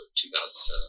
2007